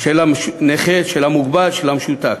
של הנכה, של המוגבל, של המשותק?